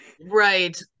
Right